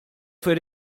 fir